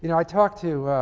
and i talked to